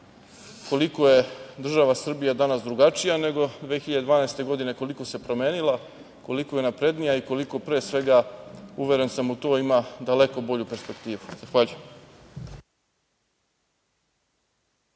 koliko je država Srbija danas drugačija nego 2012. godine, koliko se promenila, koliko je naprednija, i koliko pre svega, uveren sam u to ima daleko bolju perspektivu. Zahvaljujem